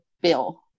bill